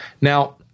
Now